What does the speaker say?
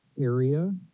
area